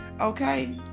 Okay